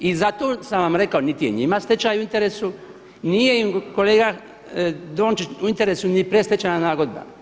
I zato sam vam rekao niti je njima stečaj u interesu, nije im kolega Dončić u interesu ni predstečajna nagodba.